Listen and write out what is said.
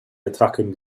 attacking